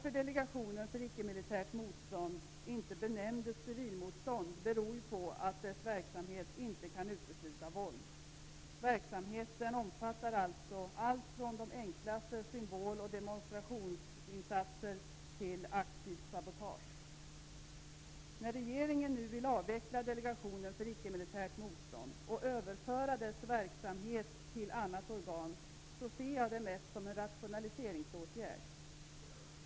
Att Delegationen för icke-militärt motstånd inte benämndes Delegationen för civilmotstånd beror på att dess verksamhet inte kan utesluta våld. Verksamheten omfattar alltså allt från de enklaste symbol och demonstrationsinsatser till aktivt sabotage. Att regeringen nu vill avveckla Delegationen för icke-militärt motstånd och överföra dess verksamhet till annat organ ser jag mest som en rationaliseringsåtgärd.